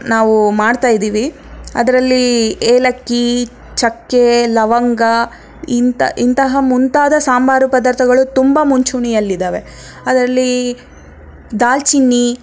ನಾವು ಮಾಡ್ತಾಯಿದ್ದೀವಿ ಅದರಲ್ಲಿ ಏಲಕ್ಕಿ ಚಕ್ಕೆ ಲವಂಗ ಇಂತ ಇಂತಹ ಮುಂತಾದ ಸಾಂಬಾರು ಪದಾರ್ಥಗಳು ತುಂಬ ಮುಂಚೂಣಿಯಲ್ಲಿದಾವೆ ಅದರಲ್ಲಿ ದಾಲ್ಚಿನ್ನಿ